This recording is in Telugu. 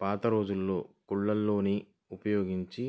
పాతరోజుల్లో కూలోళ్ళని ఉపయోగించి